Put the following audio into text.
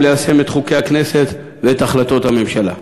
ליישם את חוקי הכנסת ואת החלטות הממשלה.